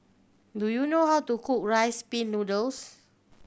do you know how to cook Rice Pin Noodles